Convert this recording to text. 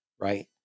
right